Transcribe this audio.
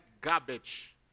garbage